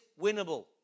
winnable